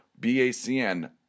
BACN